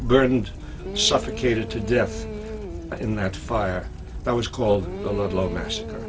burned suffocated to death in that fire that was called